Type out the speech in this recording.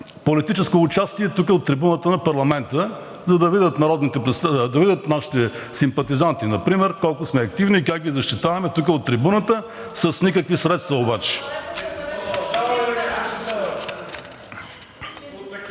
политическо участие тук от трибуната на парламента, за да видят нашите симпатизанти например колко сме активни и как ги защитаваме тук от трибуната с никакви средства обаче. (Реплики